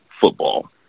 football